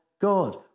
God